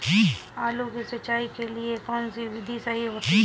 आलू की सिंचाई के लिए कौन सी विधि सही होती है?